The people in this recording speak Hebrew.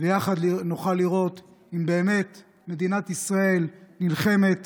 ויחד נוכל לראות אם באמת מדינת ישראל נלחמת